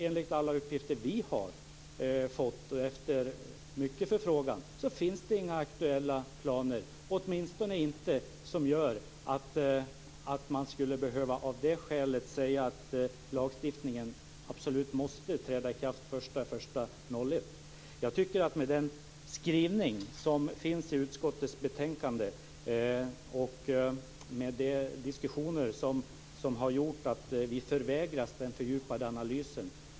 Enligt alla uppgifter vi har fått, efter förfrågan, finns inga aktuella planer, åtminstone inte så att man av det skälet skulle behöva säga att lagstiftningen absolut måste träda i kraft den 1 januari 2001. Den skrivning som finns i utskottets betänkande och de diskussioner som har förts innebär att vi förvägras en fördjupad analys.